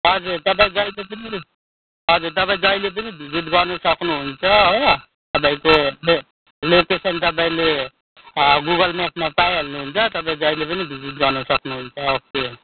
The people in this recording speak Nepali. हजुर तपाईँ जहिले पनि भिजिट हजुर तपाईँ जहिले पनि भिजिट गर्नु सक्नुहुन्छ हो तपाइँको ए लोकेसन तपाईँले गुगल म्यापमा पाइहाल्नुहुन्छ तपाईँ जहिले पनि भिजिट गर्नु सक्नुहुन्छ हो